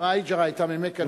ההיג'רה היתה ממכה.